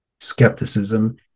Skepticism